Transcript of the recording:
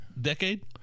decade